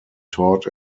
taught